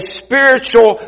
spiritual